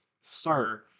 sir